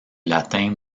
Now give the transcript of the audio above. latin